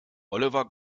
oliver